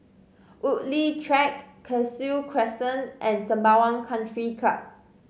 Woodleigh Track Cashew Crescent and Sembawang Country Club